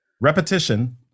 Repetition